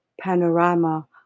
panorama